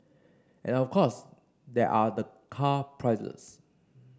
and of course there are the car prices